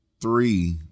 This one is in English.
three